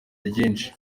ryinshi